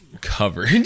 Covered